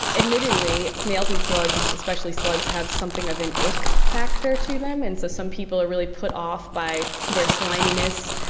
admittedly, snails and slugs, especially slugs, have something of an ick factor to them, and so some people are really put off by their sliminess.